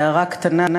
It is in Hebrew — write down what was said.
והערה קטנה,